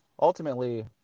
ultimately